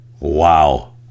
Wow